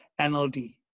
NLD